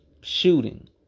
Shooting